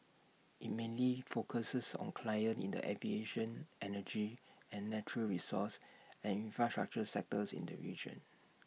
IT mainly focuses on clients in the aviation energy and natural resources and infrastructure sectors in the region